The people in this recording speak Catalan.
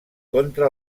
contra